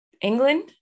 England